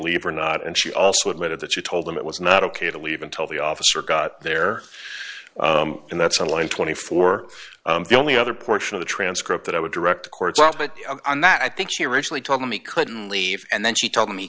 leave or not and she also admitted that she told them it was not ok to leave until the officer got there and that's in line twenty four the only other portion of the transcript that i would direct the chords on that i think she originally told him he couldn't leave and then she told